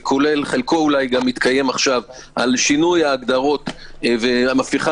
חלקו אולי גם מתקיים עכשיו על שינוי ההגדרות והפיכה